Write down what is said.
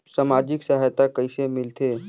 समाजिक सहायता कइसे मिलथे?